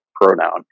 pronoun